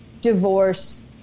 divorce